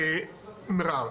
מע'אר,